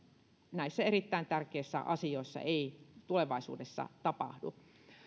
näissä erittäin tärkeissä asioissa ei tulevaisuudessa tapahdu